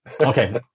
okay